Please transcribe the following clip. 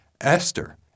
Esther